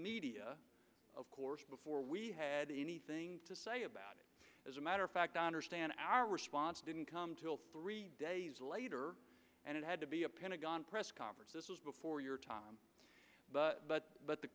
media of course before we had anything to say about it as a matter of fact understand our response didn't come till three days later and it had to be a pentagon press conference this was before your time but but but the